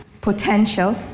potential